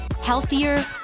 Healthier